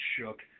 shook